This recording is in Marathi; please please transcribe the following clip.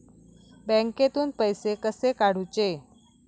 बँकेतून पैसे कसे काढूचे?